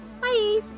Bye